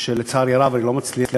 ולצערי הרב אני לא מצליח.